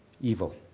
evil